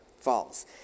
falls